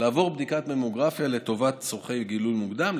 לעבור בדיקת ממוגרפיה לגילוי מוקדם,